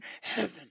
heaven